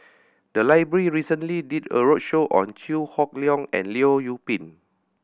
the library recently did a roadshow on Chew Hock Leong and Leong Yoon Pin